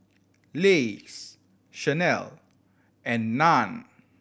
Lays Chanel and Nan